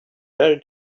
very